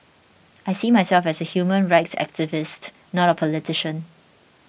I see myself as a human rights activist not a politician